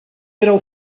erau